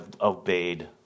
obeyed